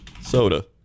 Soda